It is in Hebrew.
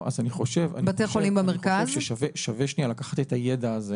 אני חושב ששווה שנייה לקחת את הידע הזה